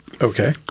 okay